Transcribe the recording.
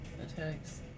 attacks